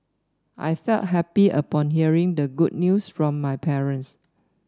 I felt happy upon hearing the good news from my parents